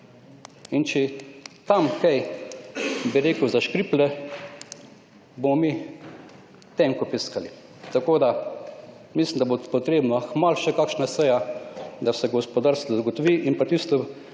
In če je tam kaj, bi rekel, zaškriplje, bomo tenko piskali. Tako, da mislim, da bo potrebna kmalu še kakšna seja, da se gospodarstvu zagotovi in pa tisto,